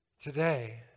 today